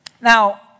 Now